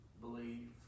believe